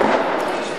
שהנהלת,